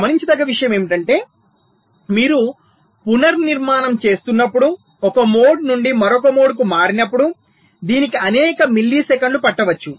గమనించదగ్గ విషయం ఏమిటంటే మీరు పునర్నిర్మాణం చేస్తున్నప్పుడు ఒక మోడ్ నుండి మరొక మోడ్కు మారినప్పుడు దీనికి అనేక మిల్లీసెకన్లు పట్టవచ్చు